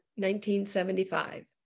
1975